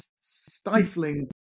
stifling